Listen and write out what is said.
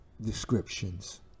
descriptions